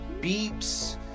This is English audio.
beeps